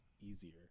easier